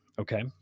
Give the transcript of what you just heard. Okay